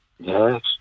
Yes